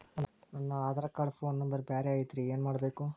ನನ Aadhaar card phone number ಬ್ಯಾರೆ ಐತ್ರಿ ಏನ ಮಾಡಬೇಕು?